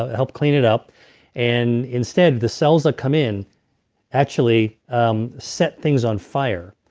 ah help clean it up and instead, the cells that come in actually um set things on fire.